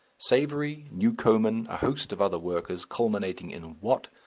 savery, newcomen, a host of other workers, culminating in watt,